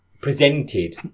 presented